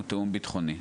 הוא תיאום ביטחוני.